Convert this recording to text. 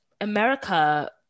America